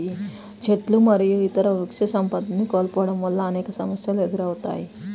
చెట్లు మరియు ఇతర వృక్షసంపదని కోల్పోవడం వల్ల అనేక సమస్యలు ఎదురవుతాయి